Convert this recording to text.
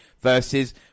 versus